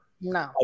no